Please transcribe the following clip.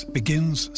begins